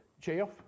Jeff